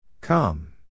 come